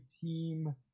team